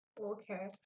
Okay